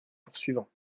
poursuivants